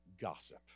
gossip